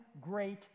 great